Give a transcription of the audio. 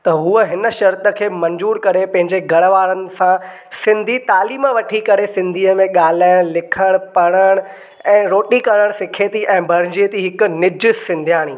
त हुअ हिन शर्त खे मंज़ूरु करे पंहिंजे घर वारनि सां सिंधी तालीम वठी करे सिंधीअ मे ॻाल्हाइणु लिखणु पढ़णु ऐं रोटी करणु सिखे थी ऐं बणिजे थी हिकु निजु सिंध्याणी